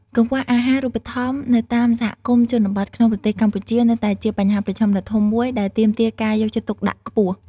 កង្វះអាហារូបត្ថម្ភនៅតាមសហគមន៍ជនបទក្នុងប្រទេសកម្ពុជានៅតែជាបញ្ហាប្រឈមដ៏ធំមួយ ដែលទាមទារការយកចិត្តទុកដាក់ខ្ពស់។